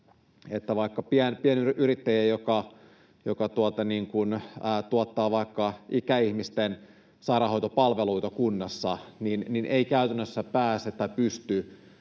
vaikka pienyrittäjä, joka tuottaa vaikka ikäihmisten sairaanhoitopalveluita kunnassa, ei käytännössä pääse tai pysty